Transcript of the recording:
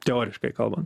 teoriškai kalbant